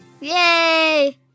Yay